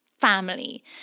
family